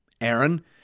Aaron